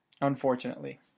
unfortunately